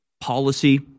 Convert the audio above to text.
policy